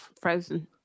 frozen